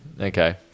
okay